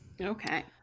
okay